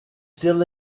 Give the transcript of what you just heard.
still